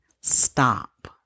stop